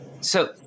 So-